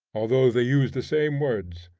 although they use the same words!